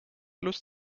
lust